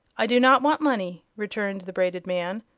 i do not want money, returned the braided man,